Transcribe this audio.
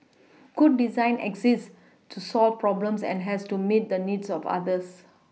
good design exists to solve problems and has to meet the needs of others